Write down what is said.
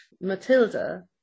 Matilda